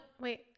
wait